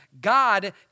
God